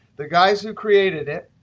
the guys who created it,